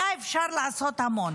היה אפשר לעשות המון.